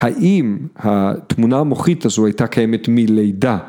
‫האם התמונה המוחית הזו ‫הייתה קיימת מלידה?